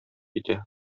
китә